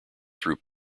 through